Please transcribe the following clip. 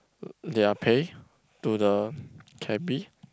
their pay to the cabby